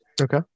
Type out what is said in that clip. Okay